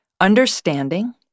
understanding